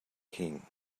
king